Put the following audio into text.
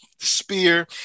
spear